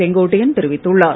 செங்கோட்டையன் தெரிவித்துள்ளார்